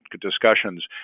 discussions